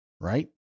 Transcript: right